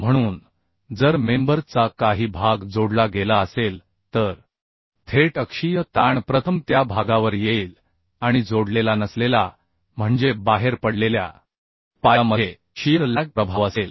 म्हणून जर मेंबर चा काही भाग जोडला गेला असेल तर थेट अक्षीय ताण प्रथम त्या भागावर येईल आणि जोडलेला नसलेला म्हणजे बाहेर पडलेल्या पायामध्ये शियर लॅग प्रभाव असेल